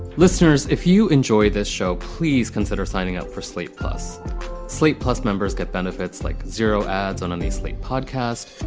listeners, if you enjoy this show, please consider signing up for slate plus slate, plus members get benefits like zero ads on a measly podcast.